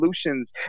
solutions